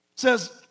Says